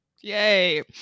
yay